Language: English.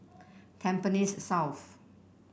Tampines South